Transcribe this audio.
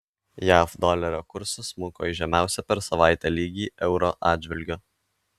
jav dolerio kursas smuko į žemiausią per savaitę lygį euro atžvilgiu